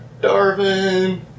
Darwin